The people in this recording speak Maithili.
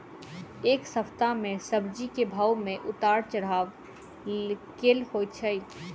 एक सप्ताह मे सब्जी केँ भाव मे उतार चढ़ाब केल होइ छै?